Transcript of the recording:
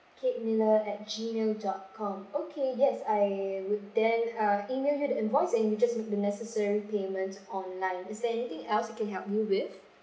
kate miller at gmail dot com okay yes I will then uh email you the invoice and you just make the necessary payment online is there anything else I can help you with